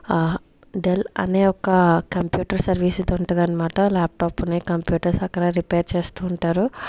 del అనే ఒక computer సర్వీస్దుంటుందనమాట ల్యాప్టాప్ని కంప్యూటర్స్ అక్కడ రిపేయిర్ చేస్తూ ఉంటారు